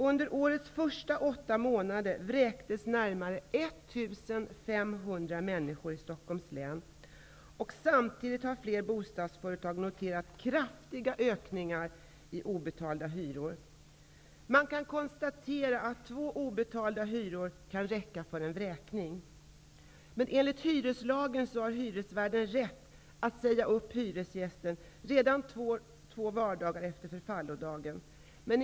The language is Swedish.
Under årets första åtta månader vräktes närmare 1 500 människor i Stockholms län. Samtidigt har flera bostadsföretag noterat kraftigt ökat antal obetalda hyror. Man kan konstatera att två obetalda hyror kan räcka för en vräkning. Men enligt hyreslagen har hyresvärden rätt att säga upp hyresgästen redan två vardagar efter förfallodagen.